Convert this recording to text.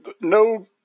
no